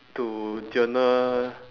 to journal